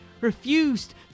refused